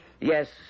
Yes